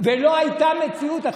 ולא הייתה מציאות.